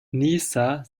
nieser